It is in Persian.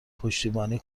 پشتیبانی